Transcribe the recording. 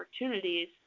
opportunities